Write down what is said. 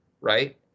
Right